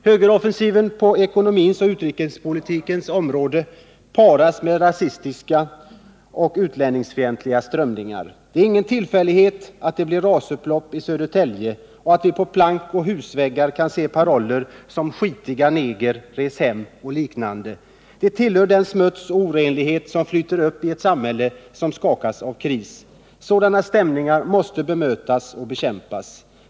Högeroffensiven på ekonomins och utrikespolitikens område paras med rasistiska och utlänningsfientliga strömningar. Det är ingen tillfällighet att det blir rasupplopp i Södertälje och att vi nu på plank och husväggar kan se paroller som ”skitiga negrer res hem” och liknande. Det tillhör den smuts och orenlighet som flyter upp i ett samhälle som skakas av kris. Sådana stämningar måste bemötas och bekämpas.